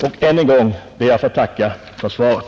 Jag ber att än en gång få tacka för svaret.